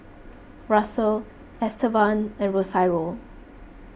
Russel Estevan and Rosario